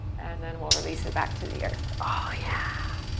then we'll release it back to the earth. oh, yeah.